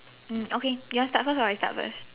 mm okay you want start first or I start first